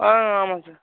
ஆமாம் சார்